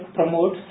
promote